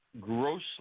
grossly